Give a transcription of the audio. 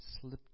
slipped